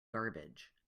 garbage